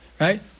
Right